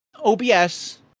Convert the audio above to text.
OBS